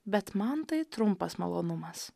bet man tai trumpas malonumas